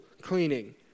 cleaning